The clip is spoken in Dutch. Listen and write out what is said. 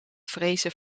vrezen